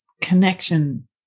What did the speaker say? connection